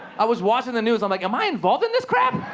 i was watching the news. i'm like, am i involved in this crap?